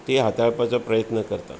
ती हाताळपाचो प्रयत्न करतां